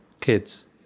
kids